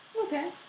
okay